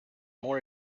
more